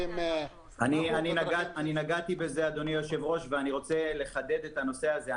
אני נגעתי בזה ואני רוצה לחדד את הנושא הזה.